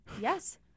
Yes